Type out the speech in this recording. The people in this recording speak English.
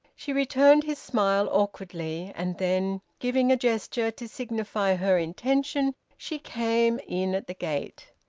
she returned his smile awkwardly, and then, giving a gesture to signify her intention, she came in at the gate.